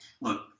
look